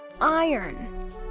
iron